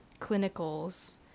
clinicals